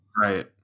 Right